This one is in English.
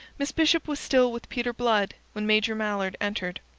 miss bishop was still with peter blood when major mallard entered.